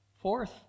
Fourth